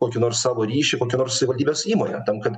kokį nors savo ryšį kokią nors savivaldybės įmonę tam kad